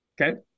Okay